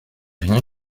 rien